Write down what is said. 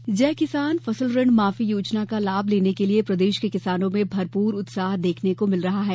ऋण माफी जय किसान फसल ऋण माफी योजना का लाभ लेने के लिये प्रदेश के किसानों में भरपूर उत्साह देखने को मिल रहा है